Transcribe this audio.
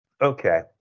Okay